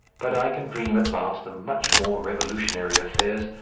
but i can dream at last of much more revolutionary affairs,